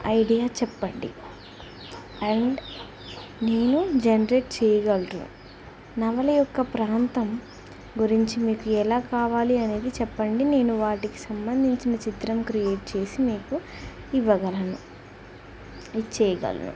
idea చెప్పండి and నేను generate చేయగలను నవల యొక్క ప్రాంతం గురించి మీకు ఎలా కావాలి అనేది చెప్పండి నేను వాటికి సంబంధించిన చిత్రం క్రియేట్ చేసి మీకు ఇవ్వగలను ఇది చేయగలను